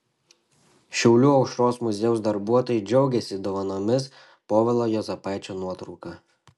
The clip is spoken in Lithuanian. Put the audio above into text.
šiaulių aušros muziejaus darbuotojai džiaugiasi dovanomis povilo juozapaičio nuotrauka